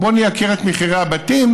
בואו נייקר את מחירי הבתים,